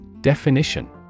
Definition